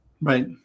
right